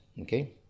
okay